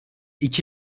iki